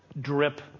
drip